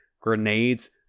grenades